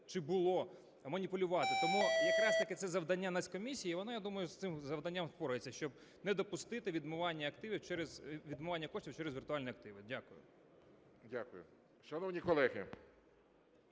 чи було, маніпулювати. Тому якраз це завдання Нацкомісії, і вона, я думаю, з цим завданням впорається, щоб не допустити відмивання коштів через віртуальні активи. Дякую. ГОЛОВУЮЧИЙ. Дякую. Шановні колеги,